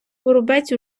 воробець